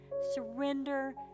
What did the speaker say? Surrender